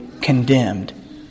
condemned